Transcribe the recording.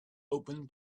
open